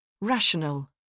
Rational